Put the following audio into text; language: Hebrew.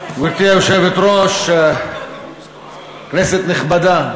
גברתי היושבת-ראש, כנסת נכבדה,